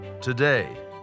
Today